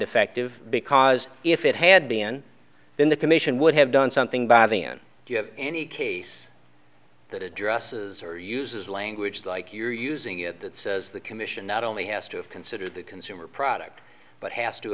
defective because if it had been then the commission would have done something by the end do you have any case that addresses or uses language like you're using it that says the commission not only has to consider the consumer product but has t